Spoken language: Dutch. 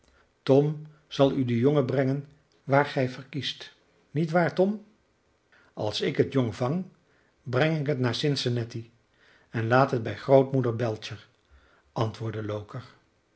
tom zal u den jongen brengen waar gij verkiest niet waar tom als ik het jong vang breng ik het naar cincinnatie en laat het bij grootmoeder belcher antwoordde loker